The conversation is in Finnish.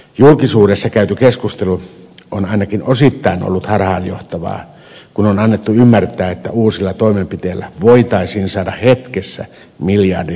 julkisuudessa käyty keskustelu on ainakin osittain ollut harhaanjohtavaa kun on annettu ymmärtää että uusilla toimenpiteillä voitaisiin saada hetkessä miljardin lisätulot valtiolle